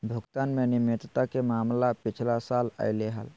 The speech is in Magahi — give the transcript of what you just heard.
भुगतान में अनियमितता के मामला पिछला साल अयले हल